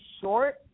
short